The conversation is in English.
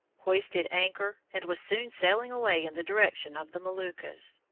hoisted anchor, and was soon sailing away in the direction of the moluccas.